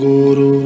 Guru